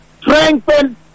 strengthen